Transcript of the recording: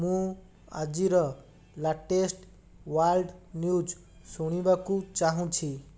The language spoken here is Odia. ମୁଁ ଆଜିର ଲାଟେଷ୍ଟ୍ ୱାଲ୍ଡ ନ୍ୟୁଜ୍ ଶୁଣିବାକୁ ଚାହୁଁଛି